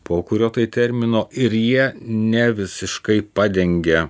po kurio tai termino ir jie ne visiškai padengia